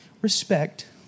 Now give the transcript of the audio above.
respect